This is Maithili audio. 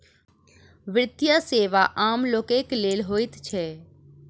वित्तीय सेवा आम लोकक लेल नै होइत छै